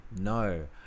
No